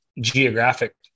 geographic